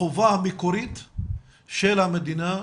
החובה המקורית של המדינה,